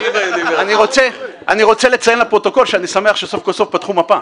אני רוצה לציין לפרוטוקול שאני שמח שסוף כל סוף פתחו מפה.